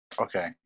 Okay